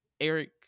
Eric